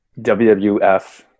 WWF